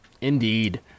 Indeed